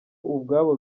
ubwabo